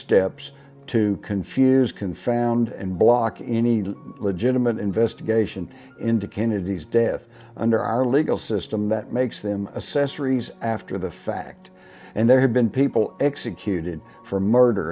steps to confuse confound and block any legitimate investigation into kennedy's death under our legal system that makes them assess or ease after the fact and there have been people executed for